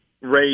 raise